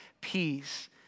Peace